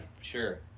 sure